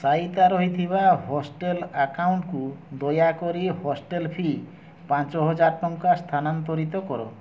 ସାଇତା ରହିଥିବା ହଷ୍ଟେଲ୍ ଆକାଉଣ୍ଟ୍କୁ ଦୟାକରି ହଷ୍ଟେଲ୍ ଫି ପାଞ୍ଚହଜାର ଟଙ୍କା ସ୍ଥାନାନ୍ତରିତ କର